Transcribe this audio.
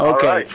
Okay